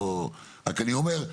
רק אני אומר,